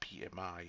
PMI